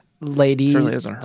ladies